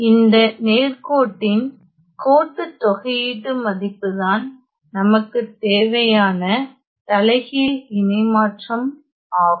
இந்த நேர்கோட்டின் கோட்டுத் தொகையீட்டு மதிப்புதான் நமக்கு தேவையான தலைகீழ் இணைமாற்றம் ஆகும்